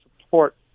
support